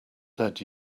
dead